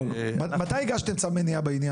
מתי הגשתם צו מניעה בעניין?